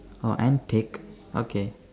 oh antic okay